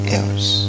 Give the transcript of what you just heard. else